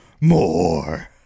More